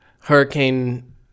Hurricane